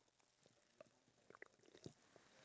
ya he's surrendering